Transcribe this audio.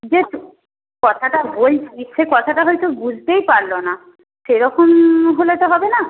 যে কথাটা বলছি সে কথাটা হয়তো বুঝতেই পারলো না সেরকম হলে তো হবে না